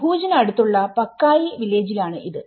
ഭൂജ് ന് അടുത്തുള്ള പക്കായി വില്ലേജിലാണ് ഇത്